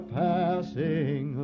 passing